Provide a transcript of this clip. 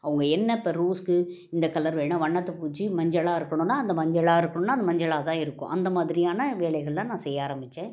அவங்க என்ன இப்போ ரோஸ்க்கு இந்தக் கலர் வேணும் வண்ணத்துப்பூச்சி மஞ்சளாக இருக்கணுன்னா அது மஞ்சளாக இருக்கணுன்னா அது மஞ்சளாக தான் இருக்கும் அந்த மாதிரியான வேலைகள்லாம் நான் செய்ய ஆரம்பிச்சேன்